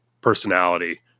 personality